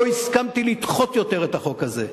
לא הסכמתי לדחות יותר את החוק הזה,